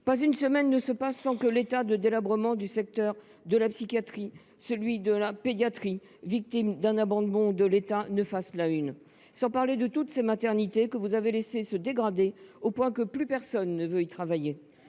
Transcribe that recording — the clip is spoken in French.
Pas une semaine ne passe sans que l’état de délabrement des secteurs de la psychiatrie ou de la pédiatrie, abandonnés de l’État, fasse la une, sans parler de toutes ces maternités que vous avez laissées se dégrader au point que plus personne ne veuille y travailler.